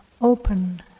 open